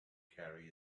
carry